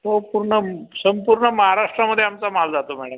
हो पूर्ण संपूर्ण महाराष्ट्रामध्ये आमचा माल जातो मॅडम